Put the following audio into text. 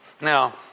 Now